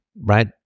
right